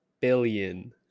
billion